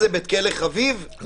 כלא חביב.